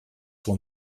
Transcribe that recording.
will